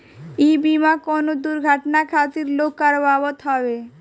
इ बीमा कवनो दुर्घटना खातिर लोग करावत हवे